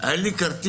היה לי כרטיס